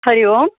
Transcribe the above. हरिः ओम्